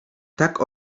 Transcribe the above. tak